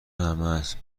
همست